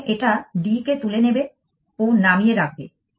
প্রথমে এটা D কে তুলে নেবে ও নামিয়ে রাখবে